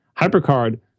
HyperCard